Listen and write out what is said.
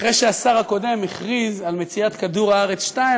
אחרי שהשר הקודם הכריז על מציאת כדור הארץ 2,